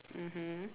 mmhmm